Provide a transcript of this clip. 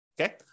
okay